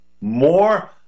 more